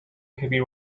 heavy